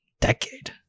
decade